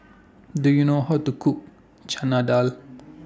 Do YOU know How to Cook Chana Dal